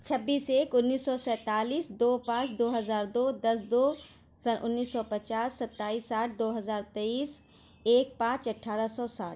چھبیس، ایک، انیس سو سیتالیس دو پانچ دو ہزار دو دس دو سن انیس سو پچاس ستائیس سات دو ہزار تئیس ایک پانچ اٹھارہ سو ساٹھ